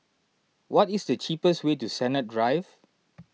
what is the cheapest way to Sennett Drive